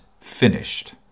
finished